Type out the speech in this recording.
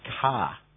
car